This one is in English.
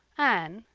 anne,